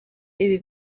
ibi